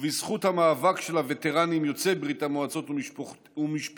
ובזכות המאבק של הווטרנים יוצאי ברית המועצות ומשפחותיהם,